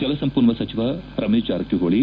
ಜಲಸಂಪನ್ನೂಲ ಸಚಿವ ರಮೇಶ್ ಜಾರಕಿಹೊಳಿ